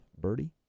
Birdie